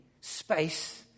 space